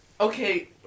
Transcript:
Okay